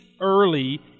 early